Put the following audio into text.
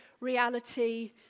reality